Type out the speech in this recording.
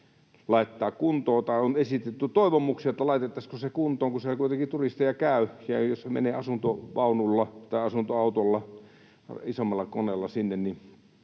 on esitetty toivomuksia, että laitettaisiinko se kuntoon, kun siellä kuitenkin turisteja käy. Ja jos menee asuntovaunulla tai asuntoautolla, isommalla koneella sinne, niin